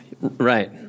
Right